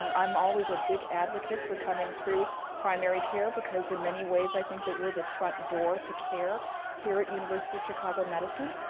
um i'm always a big advocate for coming through primary care because, in many ways, i think that we're the front door to care here at university of chicago medicine.